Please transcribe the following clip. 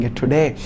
today